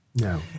No